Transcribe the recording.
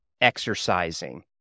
exercising